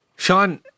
Sean